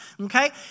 Okay